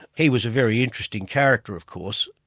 he was a very interesting character of course.